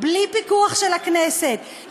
בלי פיקוח של הכנסת,